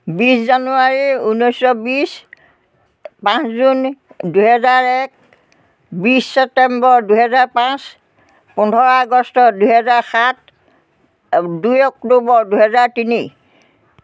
বিছ জানুৱাৰী ঊনৈছশ বিছ পাঁচ জুন দুহেজাৰ এক বিছ চেপ্তেম্বৰ দুহেজাৰ পাঁচ পোন্ধৰ আগষ্ট দুহেজাৰ সাত দুই অক্টোবৰ দুহেজাৰ তিনি